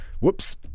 Whoops